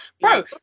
bro